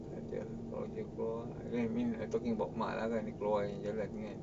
tak ada I mean I talking about mak lah kan dia keluar jalan-jalan